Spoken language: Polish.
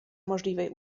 możliwej